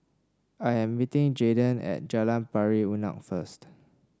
I'm meeting Jaydon at Jalan Pari Unak first